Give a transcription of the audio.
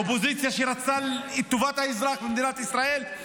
אופוזיציה שרצתה את טובת האזרח במדינת ישראל,